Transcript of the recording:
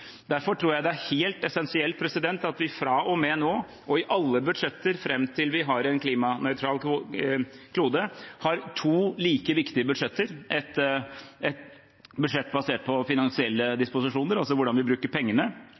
Derfor tror jeg det er helt essensielt at vi fra og med nå og i alle budsjetter fram til vi har en klimanøytral klode, har to like viktige budsjetter: ett budsjett basert på finansielle disposisjoner, altså hvordan vi bruker pengene,